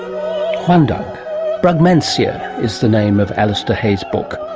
um and brugmansia is the name of alistair hay's book.